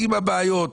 עם הבעיות,